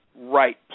right